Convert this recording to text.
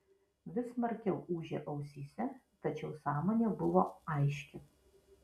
vis smarkiau ūžė ausyse tačiau sąmonė buvo aiški